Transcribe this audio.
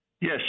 Yes